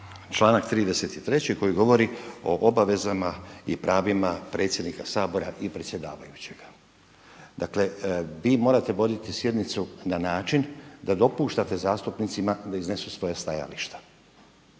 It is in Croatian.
Članak 33. koji govori o obavezama i pravima predsjednika Sabora i predsjedavajućega. Dakle vi morate voditi sjednicu na način da dopuštate zastupnicima da iznesu svoja stajališta.